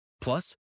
Plus